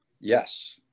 yes